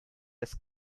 des